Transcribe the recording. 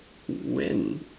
when